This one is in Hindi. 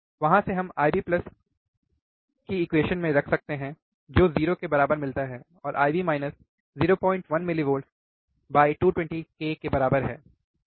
वहां से हम IB की इक्वेशन में रख सकते हैं जो 0 के बराबर मिलता है और IB माइनस 01 millivolts220 k के बराबर है है ना